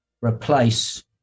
replace